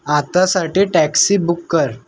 आतासाठी taxi book कर